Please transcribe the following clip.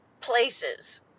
places